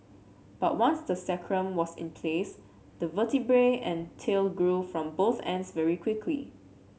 but once the sacrum was in place the vertebrae and tail grew from both ends very quickly